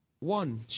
One